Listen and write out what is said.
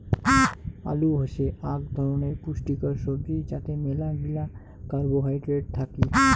আলু হসে আক ধরণের পুষ্টিকর সবজি যাতে মেলাগিলা কার্বোহাইড্রেট থাকি